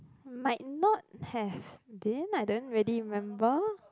might not have been I didn't really member